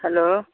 hello